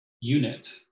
unit